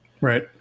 Right